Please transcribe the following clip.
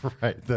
Right